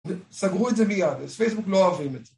סגרו את זה מיד, אז פייסבוק לא אוהבים את זה